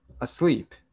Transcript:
asleep